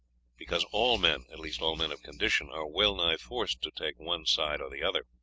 because all men, at least all men of condition, are well-nigh forced to take one side or the other.